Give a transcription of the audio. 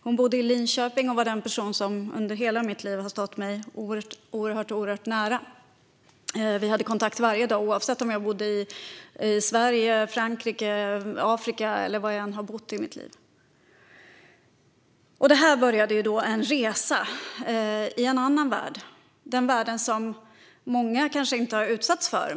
Hon bodde i Linköping, och hon var den person som under hela mitt liv har stått mig oerhört nära. Vi hade kontakt varje dag oavsett om jag bodde i Sverige, Frankrike, Afrika eller var jag än har bott i mitt liv. Detta var inledningen till en resa i en annan värld - en värld som många kanske inte har utsatts för.